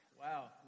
Wow